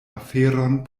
aferon